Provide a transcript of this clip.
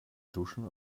duschen